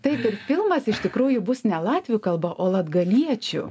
taip ir filmas iš tikrųjų bus ne latvių kalba o latgaliečių